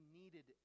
needed